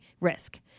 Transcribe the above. risk